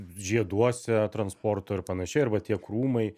žieduose transporto ir panašiai arba tie krūmai